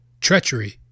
treachery